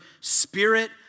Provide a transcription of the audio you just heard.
spirit